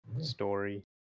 story